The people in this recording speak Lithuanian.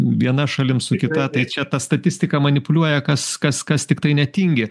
viena šalim su kita tai čia ta statistika manipuliuoja kas kas kas tiktai netingi